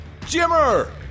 Jimmer